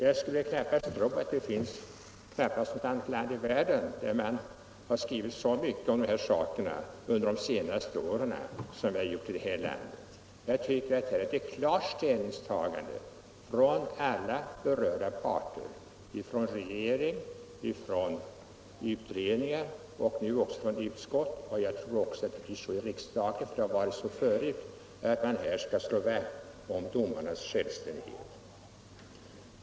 Jag tror knappast att det finns något annat land i världen där man skrivit så mycket om dessa saker under de senaste åren som vi gjort här i landet. Här finns ett klart ställningstagande från alla berörda parter — från regeringen, utredningarna, utskottet, och jag tror att det också kommer att bli riksdagens ställningstagande; riksdagen har ju tidigare givit uttryck för den meningen — för att man skall slå vakt om domarnas och domstolarnas självständighet.